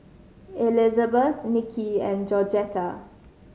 Elizabeth Nicky and Georgetta